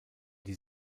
die